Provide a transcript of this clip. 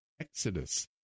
Exodus